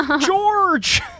George